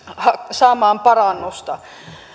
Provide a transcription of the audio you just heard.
saamaan parannusta